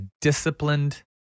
disciplined